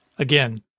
Again